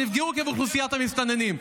שנפגעו מאוכלוסיית המסתננים.